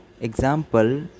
example